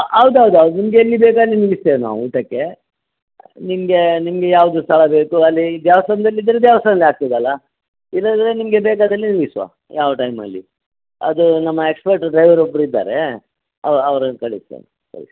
ಹೌದೌದ್ ನಿಮ್ಗೆ ಎಲ್ಲಿ ಬೇಕು ಅಲ್ಲಿ ನಿಲ್ಲಿಸ್ತೇವೆ ನಾವು ಊಟಕ್ಕೆ ನಿಮಗೆ ನಿಮಗೆ ಯಾವುದು ಸ್ಥಳ ಬೇಕೋ ಅಲ್ಲಿ ದೇವಸ್ಥಾನದಲ್ ಇದ್ರೆ ದೇವಸ್ಥಾನದಲ್ಲಿ ಆಗ್ತದಲ್ಲಾ ಇಲ್ಲದಿದ್ರೆ ನಿಮಗೆ ಬೇಕಾದಲ್ಲಿ ನಿಲ್ಲಿಸುವ ಯಾವ ಟೈಮಲ್ಲಿ ಅದು ನಮ್ಮ ಎಕ್ಸ್ಪರ್ಟ್ ಡ್ರೈವರ್ ಒಬ್ರು ಇದ್ದಾರೆ ಅವ ಅವ್ರನ್ನು ಕಳಿಸ್ತೇನೆ ಕಳಿಸ್ತೇನೆ